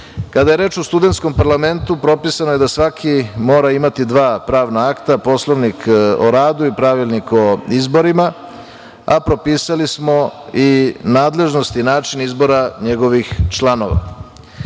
je reč o studentskom parlamentu propisano je da svaki mora imati dva pravna akta, Poslovnik o radu i Pravilnik o izborima, a propisali smo i nadležnosti načina izbora njegovih članova. Takođe,